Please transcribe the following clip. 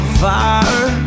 fire